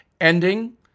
ending